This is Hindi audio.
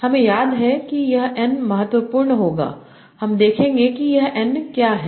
हमें याद है कि यह N महत्वपूर्ण होगा हम देखेंगे कि यह N क्या है